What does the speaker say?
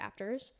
adapters